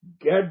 Get